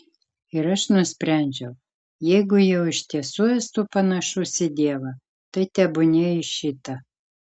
ir aš nusprendžiau jeigu jau iš tiesų esu panašus į dievą tai tebūnie į šitą